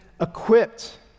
equipped